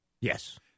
Yes